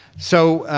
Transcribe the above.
so